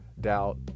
doubt